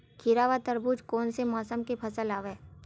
खीरा व तरबुज कोन से मौसम के फसल आवेय?